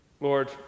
Lord